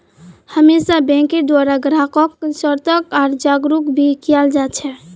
हमेशा बैंकेर द्वारा ग्राहक्क सतर्क आर जागरूक भी कियाल जा छे